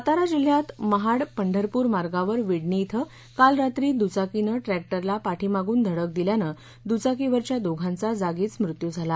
सातारा जिल्ह्यात महाड पंढरपूर मार्गावर विडणी इथं काल रात्री दुचाकीनं ट्रॅक्टरला पाठीमागून धडक दिल्यानं दुचाकीवरच्या दोघांचा जागीच मृत्यू झाला